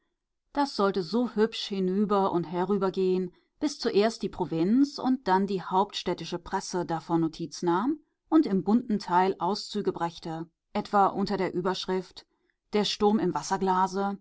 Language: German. das sollte so hübsch hinüber und herüber gehen bis zuerst die provinz und dann die hauptstädtische presse davon notiz nahm und im bunten teil auszüge brächte etwa unter der überschrift der sturm im wasserglase